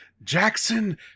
Jackson